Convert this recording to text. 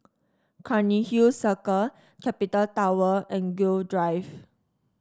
Cairnhill Circle Capital Tower and Gul Drive